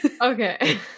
Okay